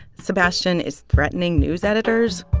sebastian is threatening news editors,